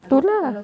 ya lah